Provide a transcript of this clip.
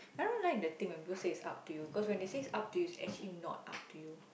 I don't like the thing when people say is up to you cause when they say is up to you is actually not up to you